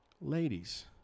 Ladies